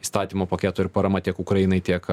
įstatymo paketo ir parama tiek ukrainai tiek